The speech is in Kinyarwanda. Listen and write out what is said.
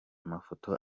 mafoto